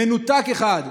מנותק אחד,